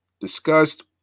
discussed